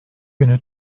günü